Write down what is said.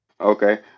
okay